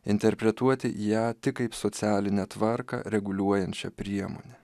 interpretuoti ją tik kaip socialinę tvarką reguliuojančia priemone